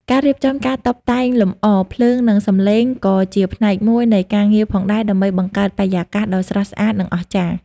ការរៀបចំការតុបតែងលម្អ ភ្លើង និងសំឡេងក៏ជាផ្នែកមួយនៃការងារផងដែរ ដើម្បីបង្កើតបរិយាកាសដ៏ស្រស់ស្អាត និងអស្ចារ្យ។